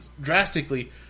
drastically